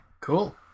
Cool